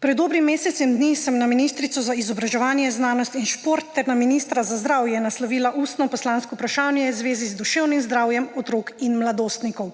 Pred dobrim mesecem dni sem na ministrico za izobraževanje, znanost in šport ter na ministra za zdravje naslovila ustno poslansko vprašanje v zvezi z duševnim zdravjem otrok in mladostnikov.